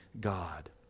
God